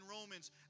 Romans